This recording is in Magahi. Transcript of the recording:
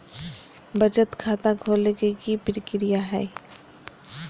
बचत खाता खोले के कि प्रक्रिया है?